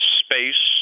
space